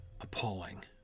appalling